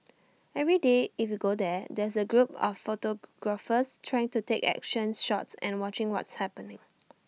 every day if you go there there's A group of photographers trying to take action shots and watching what's happening